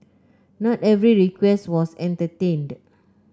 not every request was entertained